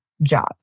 Job